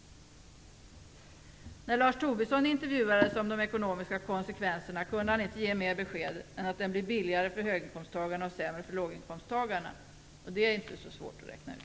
När Lars Tobisson intervjuades om de ekonomiska konsekvenserna kunde han inte ge mera besked än att försäkringen blir billigare för höginkomsttagarna och sämre för låginkomsttagarna, och det är ju inte så svårt at räkna ut.